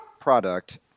product